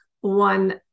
one